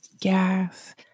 Yes